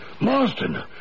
Marston